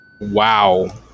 Wow